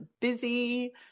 busy